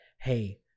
Hey